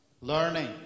learning